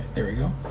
there we go.